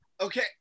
okay